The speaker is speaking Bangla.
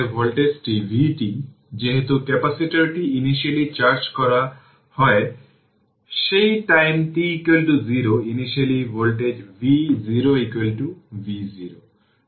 রেজিস্টর এ ডিসিপ্যাটেড পাওয়ার হলvt vt iR